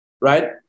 right